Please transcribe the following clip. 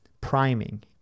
priming